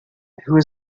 who